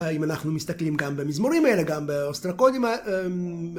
אם אנחנו מסתכלים גם במזמורים האלה, גם באוסטרקודים...